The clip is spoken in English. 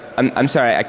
um i'm sorry.